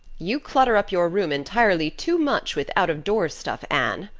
you clutter up your room entirely too much with out-of-doors stuff, anne.